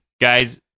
Guys